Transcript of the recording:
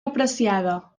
apreciada